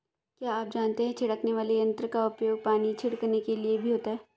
क्या आप जानते है छिड़कने वाले यंत्र का उपयोग पानी छिड़कने के लिए भी होता है?